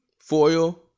foil